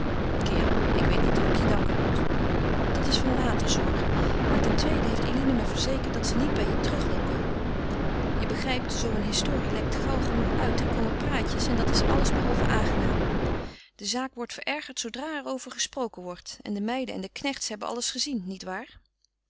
kerel ik weet niet hoe ik je danken moet dat is van later zorg maar ten tweede heeft eline me verzekerd dat ze niet bij je terug wil komen je begrijpt zoo een historie lekt gauw genoeg uit er komen praatjes en dat is allesbehalve aangenaam de zaak wordt verergerd zoodra er over gesproken wordt en de meiden en de knechts hebben alles gezien